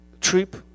trip